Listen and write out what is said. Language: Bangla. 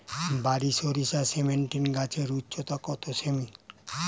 বারি সরিষা সেভেনটিন গাছের উচ্চতা কত সেমি?